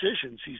decisions